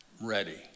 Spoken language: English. ready